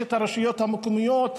יש את הרשויות המקומיות,